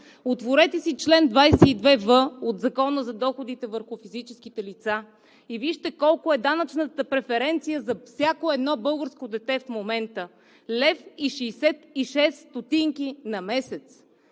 отворете си чл. 22в от Закона за доходите върху физическите лица и вижте колко е данъчната преференция за всяко едно българско дете в момента – 1,66 лв. на месец!